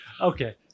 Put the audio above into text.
Okay